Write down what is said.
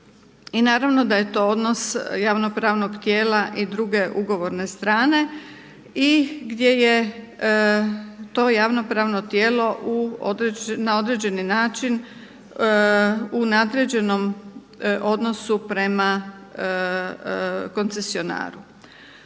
I naravno da je to odnos javno-pravnog tijela i druge ugovorne strane i gdje je to javno-pravno tijelo na određeni način u nadređenom odnosu prema koncesionaru.